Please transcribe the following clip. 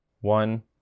One